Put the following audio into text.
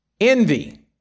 Envy